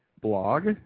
Blog